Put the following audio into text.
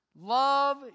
love